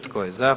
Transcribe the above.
Tko je za?